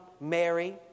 Mary